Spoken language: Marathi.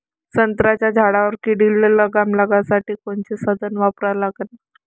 संत्र्याच्या झाडावर किडीले लगाम घालासाठी कोनचे साधनं वापरा लागन?